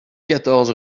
quatorze